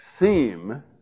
seem